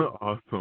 Awesome